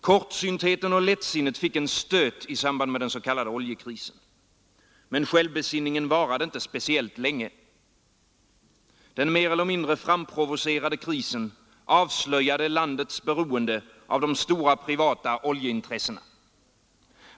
Kortsyntheten och lättsinnet fick en stöt i samband med den s.k. oljekrisen. Men självbesinningen varade inte speciellt länge. Den mer eller mindre framprovocerade krisen avslöjade landets beroende av de stora privata oljeintressena.